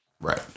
Right